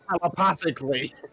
Telepathically